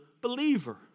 believer